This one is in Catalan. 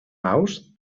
naus